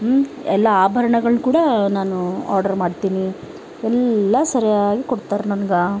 ಎಲ್ಲ ಆಭರಣಗಳ್ನ ಕೂಡ ನಾನು ಆರ್ಡರ್ ಮಾಡ್ತೀನಿ ಎಲ್ಲ ಸರಿಯಾಗಿ ಕೊಡ್ತಾರೆ ನಮ್ಗೆ